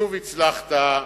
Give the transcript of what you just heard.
שוב הצלחת,